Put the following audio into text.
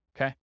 Okay